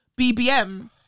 BBM